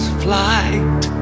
flight